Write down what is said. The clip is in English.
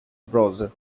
browser